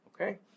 okay